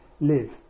live